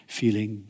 feeling